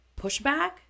pushback